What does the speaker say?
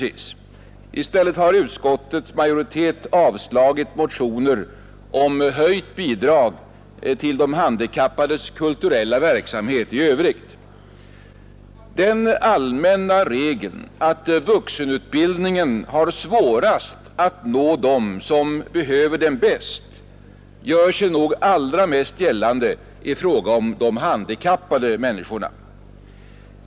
I stället har utskottets majoritet avstyrkt höjt bidrag till de handikappades kulturella verksamhet i övrigt. Den allmänna regeln att vuxenutbildningen har svårast att nå dem som behöver den bäst gör sig nog allra mest gällande i fråga om de handikappade människorna.